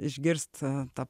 išgirst tą